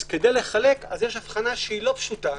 כדי לחלק יש הבחנה שאינה פשוטה,